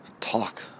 Talk